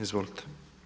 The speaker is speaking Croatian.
Izvolite.